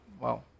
Wow